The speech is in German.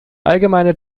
allgemeine